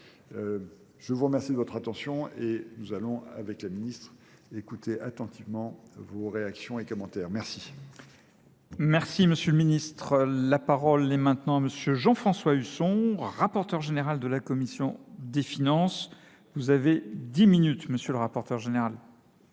Je vous remercie de votre attention et nous allons, avec la ministre, écouter attentivement réactions et commentaires. Merci. Merci, monsieur le ministre. La parole est maintenant à monsieur Jean-François Husson, rapporteur général de la Commission des Finances. Vous avez dix minutes, monsieur le rapporteur général.